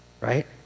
right